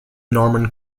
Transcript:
norman